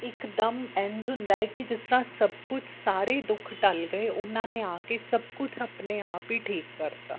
ਇੱਕਦਮ ਇੰਝ ਹੁੰਦਾ ਹੈ ਕਿ ਜਿਸ ਤਰ੍ਹਾਂ ਸਭ ਕੁਛ ਸਾਰੇ ਹੀ ਦੁੱਖ ਟਲ ਗਏ ਉਹਨਾਂ ਨੇ ਆ ਕੇ ਸਭ ਕੁਛ ਆਪਣੇ ਆਪ ਹੀ ਠੀਕ ਕਰ ਤਾ